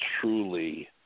truly